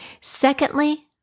Secondly